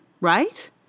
right